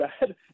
bad